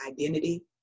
identity